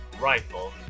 rifle